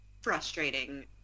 frustrating